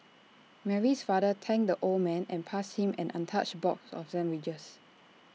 Mary's father thanked the old man and passed him an untouched box of sandwiches